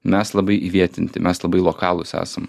mes labai įvietinti mes labai lokalūs esam